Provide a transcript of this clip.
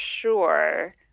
sure